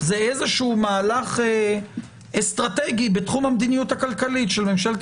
זה מהלך אסטרטגי בתחום המדיניות הכלכלית של ממשלת